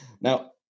Now